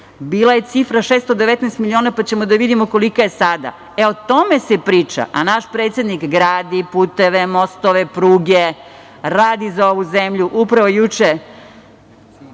Bila je cifra 619 miliona, pa ćemo da vidimo koliko je sada. O tome se priča, a naš predsednik gradi puteve, mostove, pruge, radi za ovu zemlju. Upravo juče,